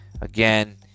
Again